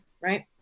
right